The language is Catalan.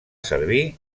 servir